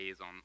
on